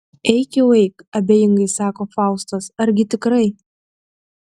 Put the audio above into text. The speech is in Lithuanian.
eik jau eik abejingai sako faustas argi tikrai